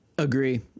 Agree